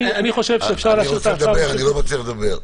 אני חושב שאפשר להשאיר את ההצעה הזאת -- אני לא מצליח לדבר.